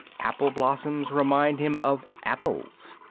apple-blossoms remind him of apples.